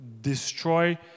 destroy